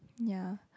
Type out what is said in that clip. ya